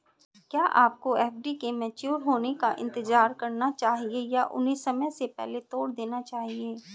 क्या आपको एफ.डी के मैच्योर होने का इंतज़ार करना चाहिए या उन्हें समय से पहले तोड़ देना चाहिए?